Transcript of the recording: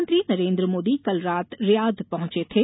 प्रधानमंत्री नरेंद्र मोदी कल रात रियाद पहुंचे थे